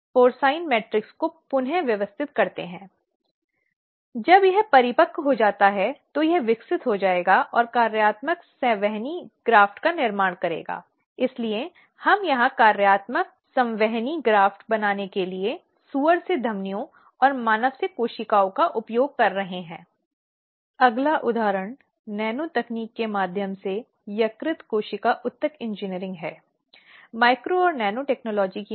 शिकायत से निपटने और जांच का संचालन करने के लिए आंतरिक शिकायत समिति को आवश्यक सुविधाएँ प्रदान करें प्रतिवादी और गवाहों की उपस्थिति को सुरक्षित करने में सहायता करें यदि वह पुलिस के साथ शिकायत दर्ज करती है तो महिलाओं या पीड़ित को सहायता प्रदान करें